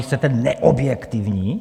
Vy chcete neobjektivní?